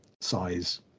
size